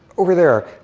over there.